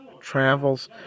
travels